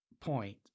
point